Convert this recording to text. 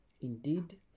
Indeed